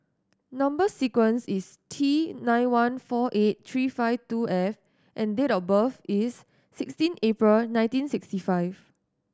number sequence is T nine one four eight three five two F and date of birth is sixteen April nineteen sixty five